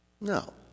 No